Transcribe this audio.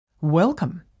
Welcome